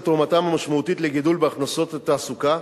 תרומתם המשמעותית לגידול בהכנסות התעסוקה,